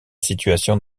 situation